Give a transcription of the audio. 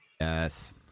Yes